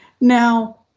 Now